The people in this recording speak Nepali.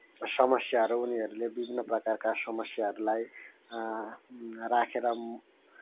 समस्याहरू उनीहरूले विभिन्न प्रकारका समस्याहरूलाई राखेर